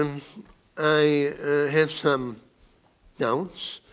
um i have some doubts,